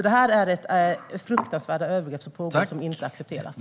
Det som pågår är fruktansvärda övergrepp som inte accepteras.